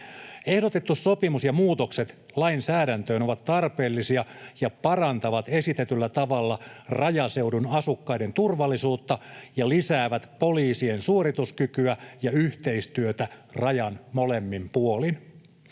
Ehdotettu sopimus ja muutokset lainsäädäntöön ovat tarpeellisia ja parantavat esitetyllä tavalla rajaseudun asukkaiden turvallisuutta ja lisäävät poliisien suorituskykyä ja yhteistyötä rajan molemmin puolin.